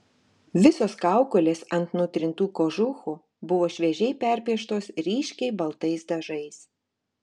visos kaukolės ant nutrintų kožuchų buvo šviežiai perpieštos ryškiai baltais dažais